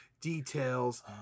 details